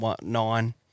nine